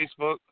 Facebook